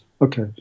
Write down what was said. okay